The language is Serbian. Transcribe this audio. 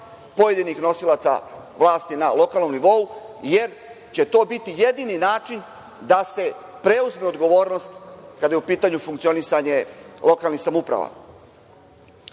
pojedinih nosilaca vlasti na lokalnom nivou, jer će to biti jedini način da se preuzme odgovornost kada je u pitanju funkcionisanje lokalnih samouprava. Srpska